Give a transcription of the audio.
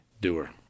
Doer